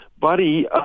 Buddy